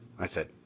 i said.